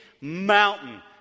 mountain